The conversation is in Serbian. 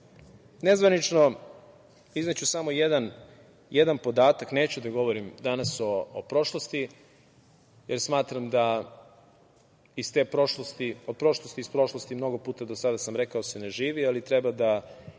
nezvanično izneću samo jedan podatak, neću da govorim danas o prošlosti, jer smatram da iz te prošlosti, od prošlosti iz prošlosti mnogo puta do sada sam rekao da se ne živi, ali treba da